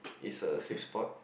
is a safe spot